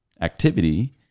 activity